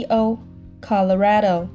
Colorado